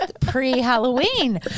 pre-halloween